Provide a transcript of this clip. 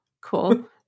Cool